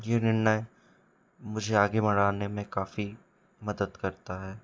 ये निर्णय मुझे आगे बढ़ाने में काफ़ी मदद करता है